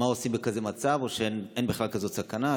מה עושים במצב כזה, או שאין בכלל כזאת סכנה?